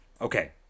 okay